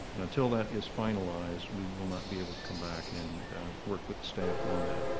and until that is finalized, we will not be able to come back and work with the staff on that.